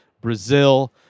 Brazil